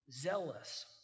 zealous